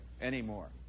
anymore